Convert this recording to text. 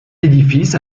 édifice